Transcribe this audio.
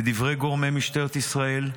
לדברי גורמי משטרת ישראל,